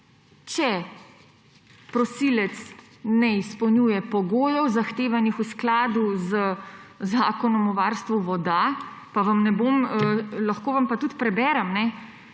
Če prosilec ne izpolnjuje pogojev, zahtevanih v skladu z Zakonom o varstvu voda, pa vam ne bom… Lahko vam pa tudi preberem, »če